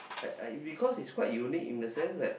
like uh because it's quite unique in the sense that